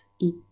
eat